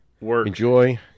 Enjoy